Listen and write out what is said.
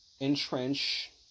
entrench